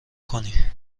کنی